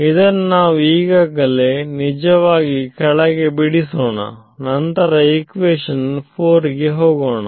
ಇದನ್ನು ನಾವು ಈಗಲೇ ನಿಜವಾಗಿ ಕೆಳಗೆ ಬಿಡಿಸೋಣ ನಂತರ ಇಕ್ವೇಶನ್ 4 ಕೆ ಹೋಗೋಣ